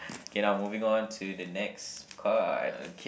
okay now moving on to the next card